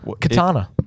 katana